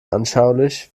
anschaulich